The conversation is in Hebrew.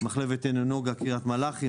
מחלבת טנא נוגה ליד קרית מלאכי,